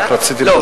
לא,